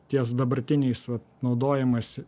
ties dabartiniais vat naudojamasi